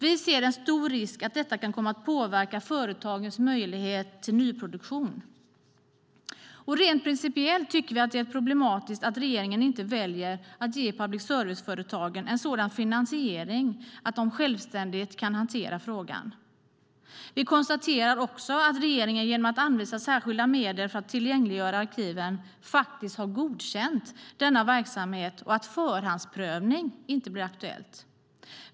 Vi ser en stor risk att detta kan komma att påverka företagens möjlighet till nyproduktion. Rent principiellt tycker vi att det är problematiskt att regeringen inte väljer att ge public service-företagen en sådan finansiering att de självständigt kan hantera frågan. Vi konstaterar också att regeringen genom att anvisa särskilda medel för att tillgängliggöra arkiven faktiskt har godkänt denna verksamhet och att förhandsprövning inte blir aktuell.